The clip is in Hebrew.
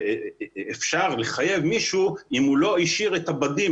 שאפשר לחייב מישהו אם הוא לא השאיר את הבדים,